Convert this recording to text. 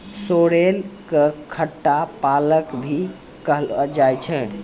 sorrel कॅ खट्टा पालक भी कहलो जाय छै